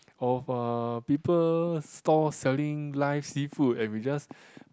of eh people stall selling live seafood and we just